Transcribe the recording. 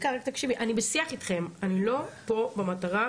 אני בשיח אתכן, אנחנו בשיח,